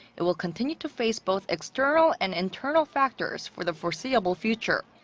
it will continue to face both external and internal factors for the foreseeable future.